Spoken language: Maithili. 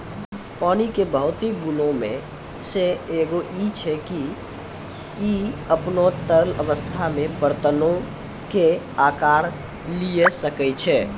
पानी के भौतिक गुणो मे से एगो इ छै जे इ अपनो तरल अवस्था मे बरतनो के अकार लिये सकै छै